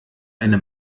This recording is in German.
eine